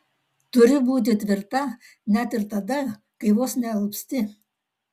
turi būti tvirta net ir tada kai vos nealpsti